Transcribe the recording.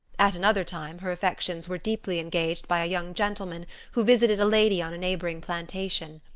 at another time her affections were deeply engaged by a young gentleman who visited a lady on a neighboring plantation.